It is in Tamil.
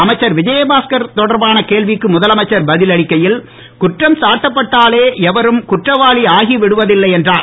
அமைச்சர் விஜயபாஸ்கர் தொடர்பான கேள்விக்கு முதலமைச்சர் பதிலளிக்கையில் குற்றம்சாட்டப்பட்டாலே எவரும் குற்றவாளி ஆகிவிடுவதில்லை என்றார்